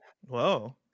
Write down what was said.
Whoa